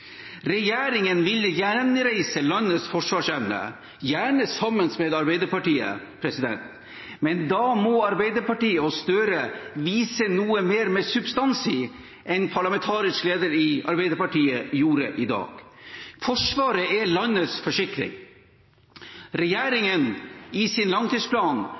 Regjeringen vil gjenreise landets forsvarsevne, gjerne sammen med Arbeiderpartiet. Men da må Arbeiderpartiet og Gahr Støre vise noe med mer substans i enn hva parlamentarisk leder i Arbeiderpartiet gjorde i dag. Forsvaret er landets forsikring. Regjeringen foreslår i sin langtidsplan